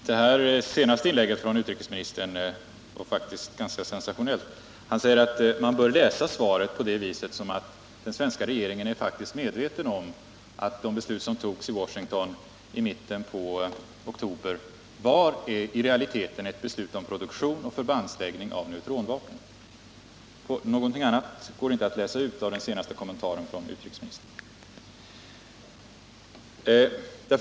Herr talman! Utrikesministerns senaste inlägg var faktiskt ganska sensationellt. Han säger att man bör läsa svaret på det sättet att den svenska regeringen faktiskt är medveten om att de beslut som fattades i Washington i mitten av oktober i realiteten var beslut om produktion och förbandsläggning av neutronvapen. Någonting annat går inte att läsa ut av utrikesministerns senaste kommentar.